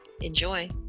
Enjoy